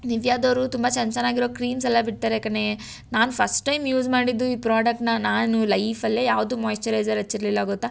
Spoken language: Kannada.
ನಿವಿಯಾದವರು ತುಂಬಾ ಚೆನ್ನ ಚೆನ್ನಾಗಿರೋ ಕ್ರೀಮ್ಸ್ ಎಲ್ಲ ಬಿಡ್ತಾರೆ ಕಣೇ ನಾನು ಫಸ್ಟ್ ಟೈಮ್ ಯೂಸ್ ಮಾಡಿದ್ದು ಈ ಪ್ರಾಡಕ್ಟನ್ನ ನಾನು ಲೈಫಲ್ಲೆ ಯಾವುದು ಮಾಯಿಶ್ಚರೈಸರ್ ಹಚ್ಚಿರ್ಲಿಲ್ಲ ಗೊತ್ತಾ